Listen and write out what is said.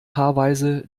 paarweise